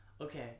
Okay